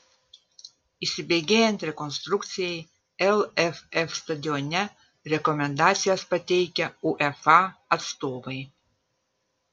įsibėgėjant rekonstrukcijai lff stadione rekomendacijas pateikė uefa atstovai